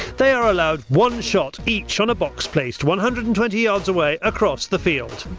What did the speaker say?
they are allowed one shot each on a box placed one hundred and twenty yards away across the field.